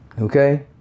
Okay